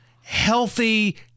Healthy